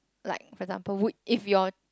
like for example would if your